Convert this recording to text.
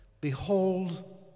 Behold